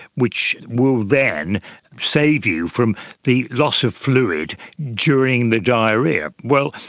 which will then save you from the loss of fluid during the diarrhoea. well,